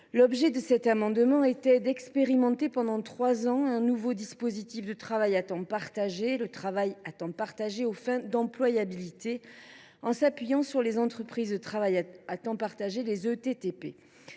L’objet de cet amendement était d’« expérimenter pendant trois ans un nouveau dispositif de travail à temps partagé, le travail à temps partagé aux fins d’employabilité », en s’appuyant sur les entreprises de travail à temps partagé, les ETTP.